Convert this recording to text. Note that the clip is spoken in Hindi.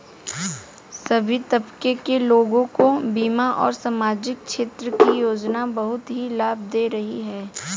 सभी तबके के लोगों को बीमा और सामाजिक क्षेत्र की योजनाएं बहुत ही लाभ दे रही हैं